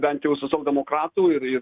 bent jau socialdemokratų ir